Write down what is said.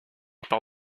par